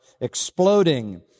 exploding